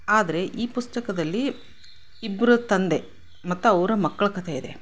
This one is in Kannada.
ಆದರೆ ಈ ಪುಸ್ತಕದಲ್ಲಿ ಇಬ್ಬರು ತಂದೆ ಮತ್ತು ಅವರ ಮಕ್ಕಳ ಕಥೆ ಇದೆ